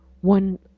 one